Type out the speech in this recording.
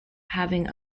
having